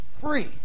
free